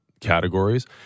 categories